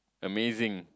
amazing